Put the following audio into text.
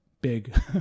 big